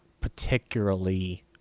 particularly